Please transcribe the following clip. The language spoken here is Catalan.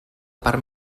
part